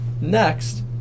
Next